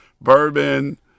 bourbon